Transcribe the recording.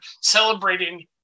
celebrating